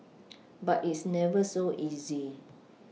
but it's never so easy